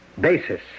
basis